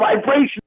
vibration